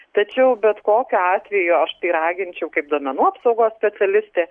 tačiau bet kokiu atveju aš tai raginčiau kaip duomenų apsaugos specialistė